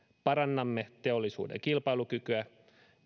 parannamme teollisuuden kilpailukykyä